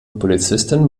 polizistin